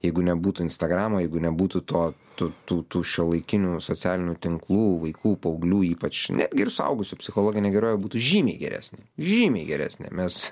jeigu nebūtų instagramo jeigu nebūtų to tų tų tų šiuolaikinių socialinių tinklų vaikų paauglių ypač netgi ir suaugusių psichologinė gerovė būtų žymiai geresnė žymiai geresnė mes